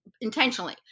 intentionally